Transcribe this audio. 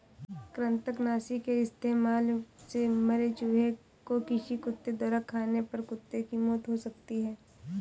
कृतंकनाशी के इस्तेमाल से मरे चूहें को किसी कुत्ते द्वारा खाने पर कुत्ते की मौत हो सकती है